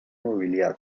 movilidad